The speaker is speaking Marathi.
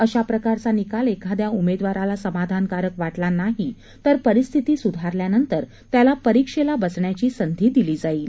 अशा प्रकारचा निकाल एखाद्या उमेदवाराला समाधानकारक वा आआ नाही तर परिस्थिती सुधारल्यानंतर त्याला परीक्षेला बसण्याची संधी दिली जाईल